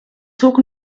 zug